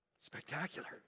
spectacular